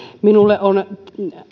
minulle on